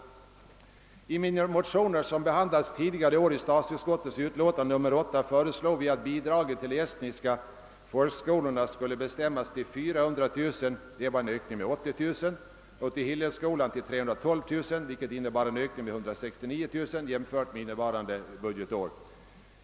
I våra motioner, som behandlats tidigare i år i statsutskottets utlåtande nr 8, föreslog vi att bidraget till de estniska folkskolorna skulle bestämmas till 400 000 kronor — det var en ökning med 80 000 kronor — och bidraget till Hillelskolan till 312 000, vilket innebar en ökning med 169 000 kronor jämfört med innevarande budgetår.